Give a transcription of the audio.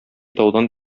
таудан